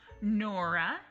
Nora